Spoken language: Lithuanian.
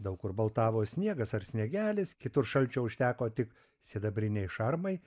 daug kur baltavo sniegas ar sniegelis kitur šalčio užteko tik sidabrinei šarmai